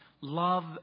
Love